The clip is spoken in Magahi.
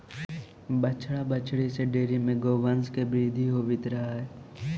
बछड़ा बछड़ी से डेयरी में गौवंश के वृद्धि होवित रह हइ